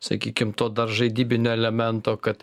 sakykim to dar žaidybinio elemento kad